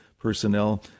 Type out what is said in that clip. personnel